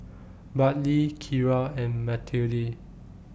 Bartley Kira and Matilde